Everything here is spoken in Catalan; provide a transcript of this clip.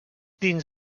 dins